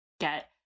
get